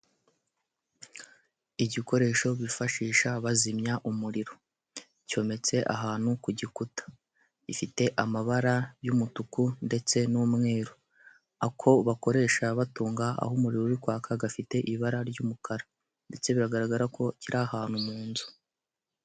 Igikoresho bifashisha bazimya umuriro, cyometse ahantu ku gikuta, gifite amabara y'umutuku ndetse n'umweru, ako bakoresha batunga aho umuriro uri kwaka gafite ibara ry'umukara, ndetse biragaragara ko kiri ahantu mu nzu.